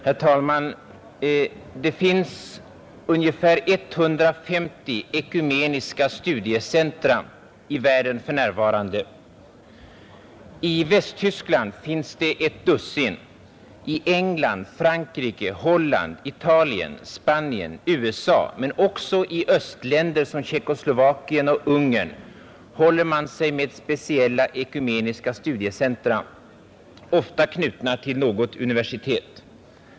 Herr talman, det finns för närvarande ungefär 150 ekumeniska studiecentra i världen. I Västtyskland finns ett dussin, och England, Frankrike, Holland, Italien, Spanien, USA men också östländer som Tjeckoslovakien och Ungern håller sig med speciella ekumeniska studiecentra, ofta knutna till något universitet.